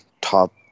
top